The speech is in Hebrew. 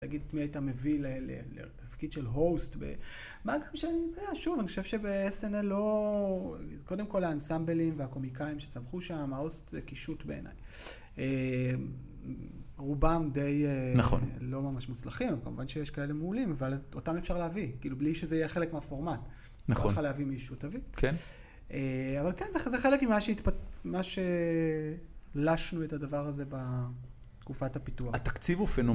‫להגיד מי היית מביא ‫לתפקיד של הוסט. ‫שוב, אני חושב שב-SNL לא... ‫קודם כול האנסמבלים והקומיקאים ‫שצמחו שם, ההוסט, זה קישוט בעיניי. ‫רובם די... ‫-נכון. ‫לא ממש מוצלחים. ‫הם כמובן שיש כאלה מעולים, ‫אבל אותם אפשר להביא, ‫בלי שזה יהיה חלק מהפורמט. ‫נכון. ‫-לא יכול להביא מישהו תביא. ‫כן. ‫-אבל כן, זה חלק מה שהתפת... ‫מה שלשנו את הדבר הזה ‫בתקופת הפיתוח. ‫התקציב הוא פנומ..